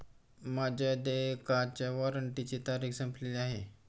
माझ्या देयकाच्या वॉरंटची तारीख संपलेली आहे